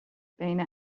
بین